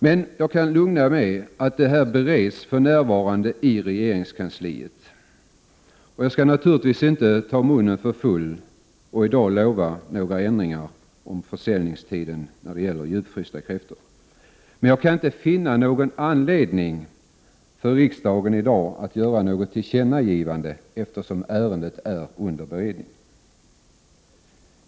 Men jag kan lugna med att ärendet bereds för närvarande i regeringskansliet. Jag skall naturligtvis inte ta munnen för full och i dag lova några ändringar i försäljningstiden när det gäller djupfrysta kräftor. Jag kan inte finna någon anledning för riksdagen i dag att göra något tillkännagivande, eftersom ärendet är under beredning.